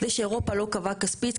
זה שאירופה לא קבעה כספית,